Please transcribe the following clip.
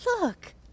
look